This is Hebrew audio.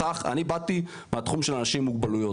אני באתי מהתחום של אנשים עם מוגבלויות.